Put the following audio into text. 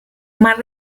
más